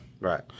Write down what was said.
Right